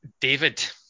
David